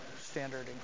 standard